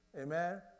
Amen